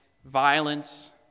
violence